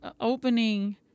opening